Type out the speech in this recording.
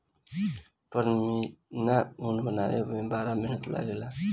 पश्मीना ऊन के बनावे में बड़ा मेहनत लागेला